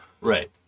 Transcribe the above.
Right